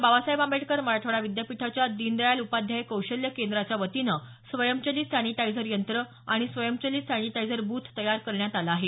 बाबासाहेब आंबेडकर मराठवाडा विद्यापीठाच्या दीनदयाल उपाध्याय कौशल्य केंद्राच्या वतीनं स्वयंचलित सॅनिटायझर यंत्र आणि स्वयंचलित सॅनिटायझर ब्थ तयार करण्यात आलं आहे